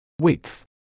width